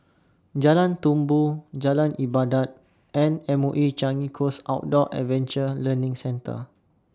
Jalan Tumpu Jalan Ibadat and M O E Changi Coast Outdoor Adventure Learning Centre